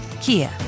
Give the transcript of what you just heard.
Kia